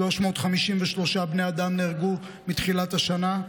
353 בני אדם נהרגו מתחילת השנה,